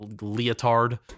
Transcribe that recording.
leotard